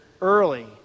early